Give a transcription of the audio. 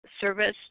service